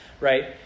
right